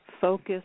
focus